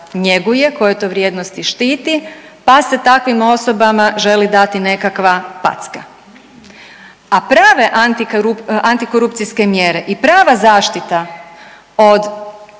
njeguje, koje to vrijednosti štiti pa se takvim osobama želi dati nekakva packa. A prave antikorupcijske mjere i prava zaštita od